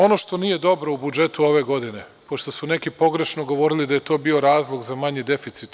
Ono što nije dobro u budžetu ove godine, pošto su neki pogrešno govorili da je to bio razlog za manji deficit.